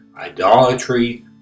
idolatry